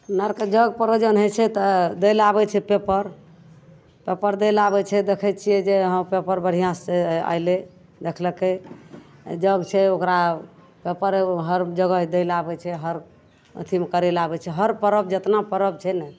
हमरा आओरके जग प्रयोजन होइ छै तऽ दै ले आबै छै पेपर पेपर दै ले आबै छै देखै छिए जे हँ पेपर बढ़िआँसे अएलै देखलकै जग छै ओकरा पेपर हर जगह दै ले आबै छै हर अथीमे करै ले आबै छै हर परब जतना परब छै ने